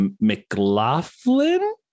McLaughlin